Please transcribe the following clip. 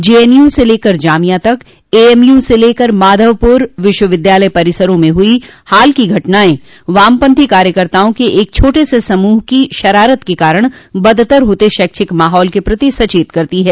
JNU से लेकर जामिया तक एएमयू से लेकर जाधवपुर विश्वविद्यालय परिसरों में हुई हाल की घटनाएं वामपंथी कार्यकर्ताओं के एक छोटे से समूह की शरारत के कारण बदतर होते शैक्षिक माहौल के प्रति सचेत करती हैं